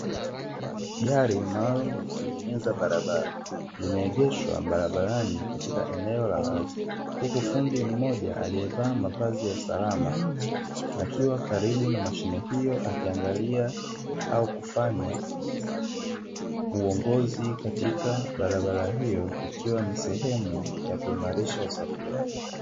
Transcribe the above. Gari maalumu la kutengeneza barabara, limeegeshwa barabarani katika eneo la wazi, huku fundi mmoja aliyevaa mavazi ya usalama akiwa karibu na mashine hiyo; akiangalia au kufanya uongozi katika barabara hiyo, ikiwa ni sehemu ya kuimarisha usafiri.